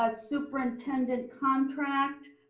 ah superintendent contract.